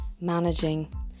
managing